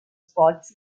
sports